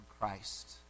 Christ